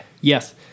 Yes